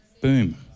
Boom